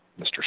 Mr